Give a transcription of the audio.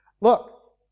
Look